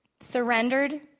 surrendered